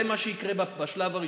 זה מה שיקרה בשלב הראשון,